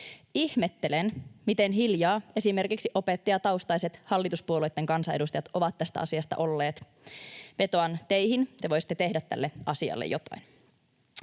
Ihmettelen, miten hiljaa esimerkiksi opettajataustaiset hallituspuolueitten kansanedustajat ovat tästä asiasta olleet. Vetoan teihin, te voisitte tehdä tälle asialle jotain.